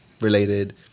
Related